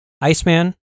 Iceman